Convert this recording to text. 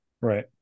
Right